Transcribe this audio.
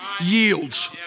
yields